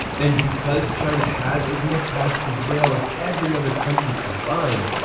and because china has as much high speed rail as every other country combined,